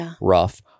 rough